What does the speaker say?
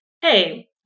hey